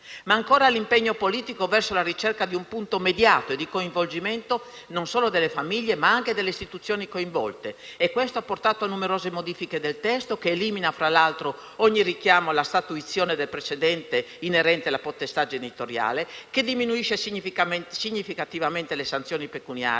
Ma ancora, l'impegno politico verso la ricerca di un punto mediato e di coinvolgimento non solo delle famiglie, ma anche delle istituzioni coinvolte, ha portato a numerose modifiche del testo, che elimina, fra l'altro, ogni richiamo alla statuizione del precedente testo inerente la potestà genitoriale, che diminuisce significativamente le sanzioni pecuniarie,